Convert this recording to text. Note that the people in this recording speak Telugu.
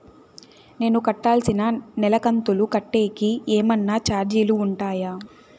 నేను కట్టాల్సిన నెల కంతులు కట్టేకి ఏమన్నా చార్జీలు ఉంటాయా?